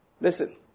Listen